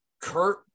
Kurt